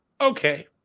okay